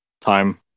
time